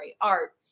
art